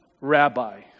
rabbi